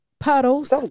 Puddles